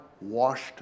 washed